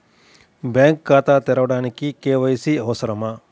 Bank ఖాతా తెరవడానికి KYC అవసరమా?